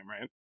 right